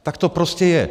Tak to prostě je.